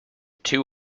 two